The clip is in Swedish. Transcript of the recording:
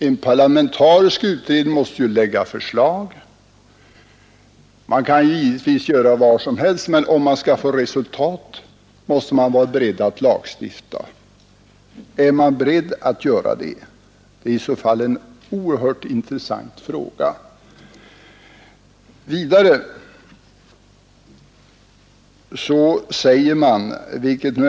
En parlamentarisk utredning måste ju lägga fram förslag. Man kan givetvis göra vad som helst med dessa förslag, men om man skall få resultat måste man vara beredd att lagstifta. Det är en oerhört intressant fråga om centern är beredd att göra detta.